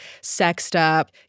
sexed-up